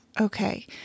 okay